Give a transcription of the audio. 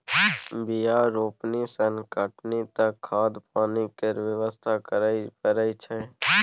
बीया रोपनी सँ कटनी तक खाद पानि केर बेवस्था करय परय छै